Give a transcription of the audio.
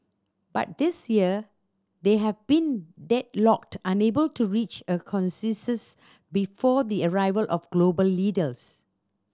but this year they have been deadlocked unable to reach a consensus before the arrival of global leaders